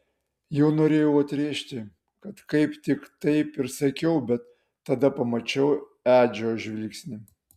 jau norėjau atrėžti kad kaip tik taip ir sakiau bet tada pamačiau edžio žvilgsnį